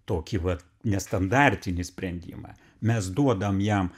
tokį vat nestandartinį sprendimą mes duodam jam